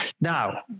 Now